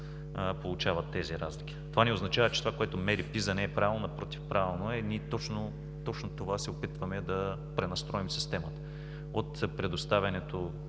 получават тези разлики. Това не означава, че това, което мери PISA, не е правилно. Напротив, правилно е. И ние точно това се опитваме – да пренастроим системата от предоставянето